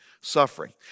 suffering